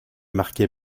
marqué